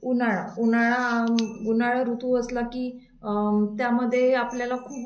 उन्हाळा उन्हाळा उन्हाळा ऋतू असला की त्यामध्ये आपल्याला खूप